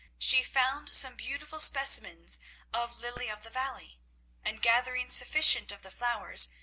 she found some beautiful specimens of lily-of-the-valley and, gathering sufficient of the flowers,